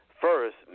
first